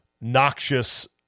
noxious